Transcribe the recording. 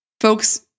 folks